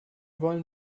wollen